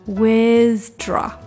withdraw